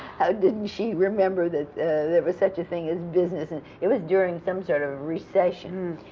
how didn't she remember that there was such a thing as business, and it was during some sort of a recession,